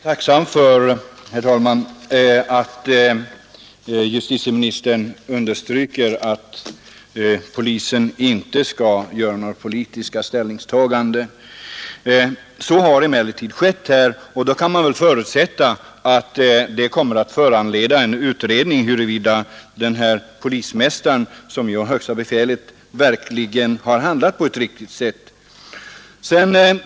Herr talman! Jag är naturligtvis tacksam för att justitieministern understryker att polisen inte skall göra några politiska ställningstaganden. Så har emellertid skett här, och då kan man väl förutsätta att det kommer att föranleda en utredning av huruvida polismästaren, som ju har högsta befälet, verkligen har handlat på ett riktigt sätt.